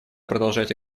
продолжать